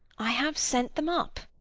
i have sent them up.